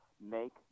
Make